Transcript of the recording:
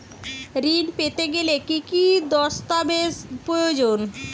ঋণ পেতে গেলে কি কি দস্তাবেজ প্রয়োজন?